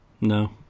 No